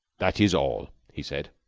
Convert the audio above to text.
that is all, he said.